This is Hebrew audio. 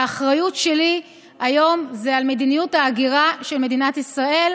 והאחריות שלי היום היא על מדיניות ההגירה של מדינת ישראל.